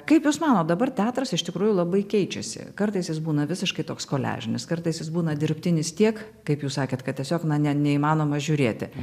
kaip jūs manot dabar teatras iš tikrųjų labai keičiasi kartais jis būna visiškai toks koliažinis kartais jis būna dirbtinis tiek kaip jūs sakėt kad tiesiog na ne neįmanoma žiūrėti